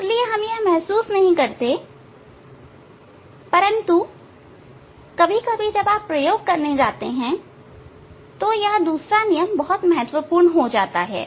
इसलिए हम यह महसूस नहीं करते परंतु कभी कभी जब आप प्रयोग करने जाते हैं तो यह दूसरा नियम बहुत ही महत्वपूर्ण हो जाता है